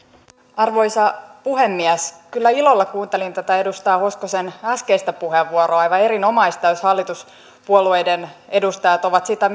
arvoisa puhemies kyllä ilolla kuuntelin tätä edustaja hoskosen äskeistä puheenvuoroa aivan erinomaista jos hallituspuolueiden edustajat ovat sitä